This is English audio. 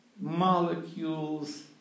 molecules